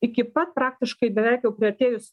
iki pat praktiškai beveik jau priartėjus